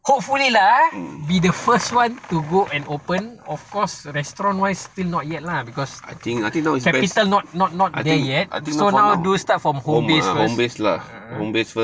hopefully lah ah be the first one to go and open of course restaurant wise still not yet lah because capital not not not there yet so now do stuff on home base first uh uh